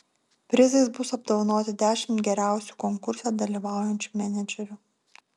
prizais bus apdovanoti dešimt geriausių konkurse dalyvaujančių menedžerių